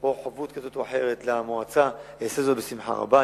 או חבות כזאת או אחרת למועצה, אעשה זאת בשמחה רבה.